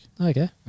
Okay